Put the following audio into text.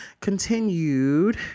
continued